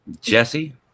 Jesse